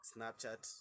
Snapchat